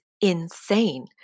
insane